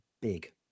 big